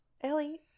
ellie